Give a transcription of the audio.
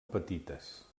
petites